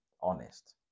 honest